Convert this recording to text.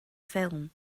ffilm